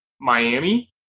Miami